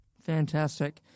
Fantastic